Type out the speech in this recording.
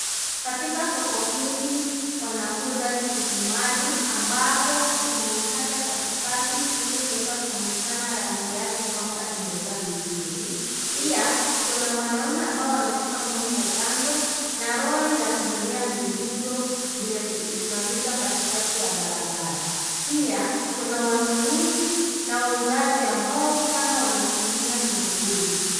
Katika soko hili wanauza tikiti maji ambapo wameikata katikati hili kuweza kuonekana rangi yake kwamba imeiva vizuri, pia kuna wanaume ambao wamesimama uko kando na lori za kubebea mizigo zimesimamishwa katikati ya barabara. Pia kuna wanunuzi na wauzaji ambao sana wanatumia miavuli.